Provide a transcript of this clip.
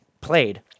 played